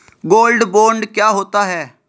Gold bond क्या होता है?